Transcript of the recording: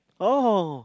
oh